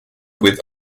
with